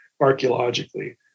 archaeologically